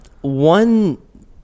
One